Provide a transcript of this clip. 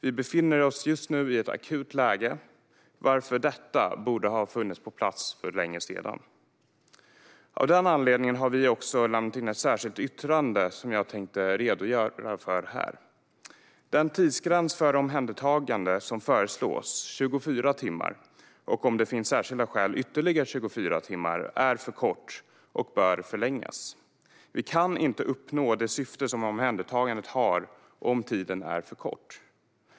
Vi befinner oss just nu i ett akut läge, varför detta borde ha funnits på plats för länge sedan. Av den anledningen har vi lämnat in ett särskilt yttrande som jag tänkte redogöra för här. Den tidsgräns för omhändertagande som föreslås - 24 timmar och om det finns särskilda skäl ytterligare 24 timmar - är för kort och bör förlängas. Vi kan inte uppnå omhändertagandets syfte om tiden är för kort.